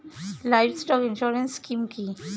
Livestock insurance scheme কি?